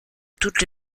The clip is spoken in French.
toutes